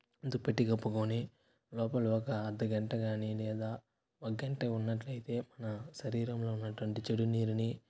దుప్పటి కప్పుకొని లోపల ఒక అర్థగంట కాని లేదా ఒక గంట ఉన్నట్లయితే మన శరీరంలో ఉన్నటువంటి చెడు నీరుని